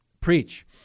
preach